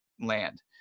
land